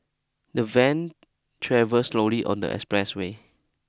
the van travelled slowly on the expressway